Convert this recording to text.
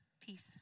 peace